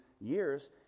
years